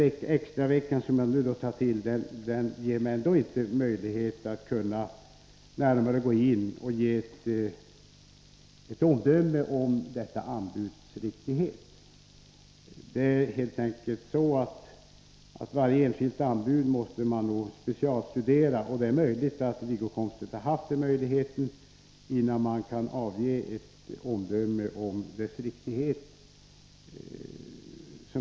Den extra vecka som jag nu tar till ger mig ändå inte möjlighet att lämna ett närmare omdöme om detta anbuds riktighet. Det är helt enkelt så att man måste specialstudera varje enskilt anbud — Wiggo Komstedt har kanske haft möjlighet härtill — innan man kan avge ett omdöme om dess riktighet.